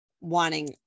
wanting